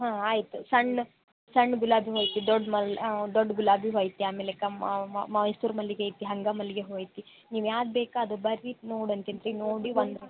ಹಾಂ ಆಯ್ತಿತು ಸಣ್ಣ ಸಣ್ಣ ಗುಲಾಬಿ ಹೂವೈತಿ ದೊಡ್ದ ಮರ್ಳ ದೊಡ್ಡ ಗುಲಾಬಿ ಹೂ ಐತಿ ಆಮೇಲೆ ಕಮ್ ಮೈಸೂರು ಮಲ್ಲಿಗೆ ಐತಿ ಹಂಗೆ ಮಲ್ಲಿಗೆ ಹೂ ಐತಿ ನೀವು ಯಾದು ಬೇಕಾ ಅದು ಬನ್ರಿ ನೋಡಕಿಂತ್ರಿ ನೋಡಿ ಒಂದು